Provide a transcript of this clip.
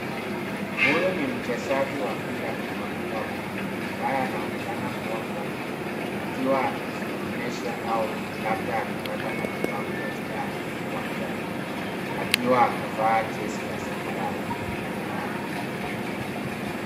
Huyu ni mchezaji wa mpira wa kikapu ambaye anaonekana kuwa Kobe, akiwa amejionyesha au labda akipata matibabu ya jeraha uwanjani akiwa amevaa jezi ya zambarau na dhahabu.